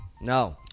no